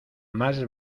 más